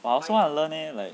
but I also want to learn leh like